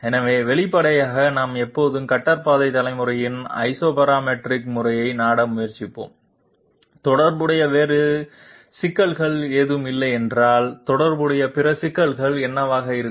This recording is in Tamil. எனவே வெளிப்படையாக நாம் எப்போதும் கட்டர் பாதை தலைமுறையின் ஐசோபராமெட்ரிக் முறையை நாட முயற்சிப்போம் தொடர்புடைய வேறு சிக்கல்கள் எதுவும் இல்லை என்றால் தொடர்புடைய பிற சிக்கல்கள் என்னவாக இருக்கும்